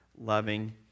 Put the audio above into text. loving